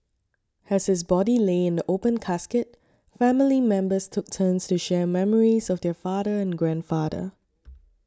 as his body lay in the open casket family members took turns to share memories of their father and grandfather